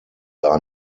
are